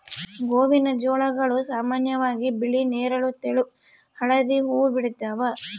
ಗೋವಿನಜೋಳಗಳು ಸಾಮಾನ್ಯವಾಗಿ ಬಿಳಿ ನೇರಳ ತೆಳು ಹಳದಿ ಹೂವು ಬಿಡ್ತವ